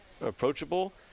approachable